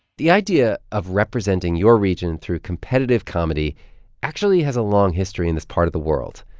the idea of representing your region through competitive comedy actually has a long history in this part of the world.